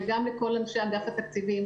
וגם לאנשי אגף התקציבים,